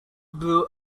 blew